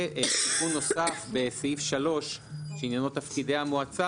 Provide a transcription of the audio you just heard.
ותיקון נוסף בסעיף 3 שעניינו תפקידי מועצה,